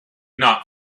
not